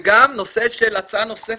וגם הצעה נוספת,